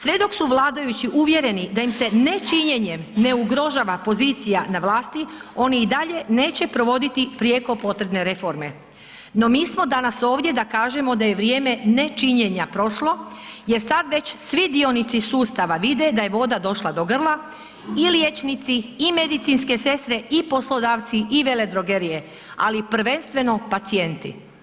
Sve dok su vladajući uvjereni da im se nečinjenjem ne ugrožava pozicija na vlasti, oni i dalje neće provoditi prijeko potrebne reforme no mi smo danas ovdje da kažem da je vrijeme nečinjenja prošlo jer sad već dionici sustava vide da je voda došla do grla, i liječnici i medicinske sestre i poslodavci i veledrogerije ali prvenstveno pacijenti.